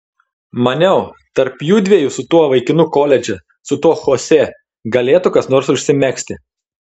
maniau tarp judviejų su tuo vaikinu koledže su tuo chosė galėtų kas nors užsimegzti